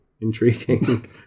Intriguing